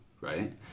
right